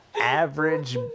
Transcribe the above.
average